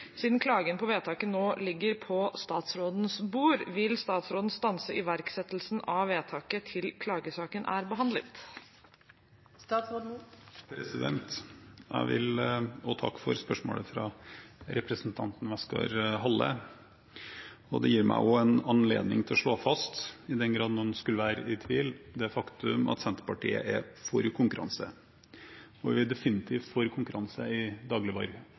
Siden klagen på vedtaket nå ligger på statsrådens bord, vil statsråden stanse iverksettelsen av vedtaket til klagesaken er behandlet?» Jeg vil takke for spørsmålet fra representanten Westgaard-Halle. Det gir meg en anledning til å slå fast – i den grad noen skulle være i tvil – det faktum at Senterpartiet er for konkurranse. Og vi er definitivt for konkurranse i